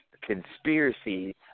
conspiracy